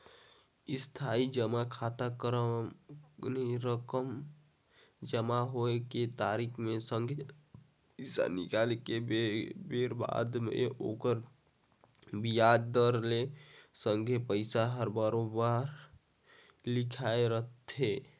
इस्थाई जमा खाता रकम जमा होए के तारिख के संघे पैसा निकाले के बेर बादर ओखर बियाज दर के संघे पइसा हर बराबेर लिखाए रथें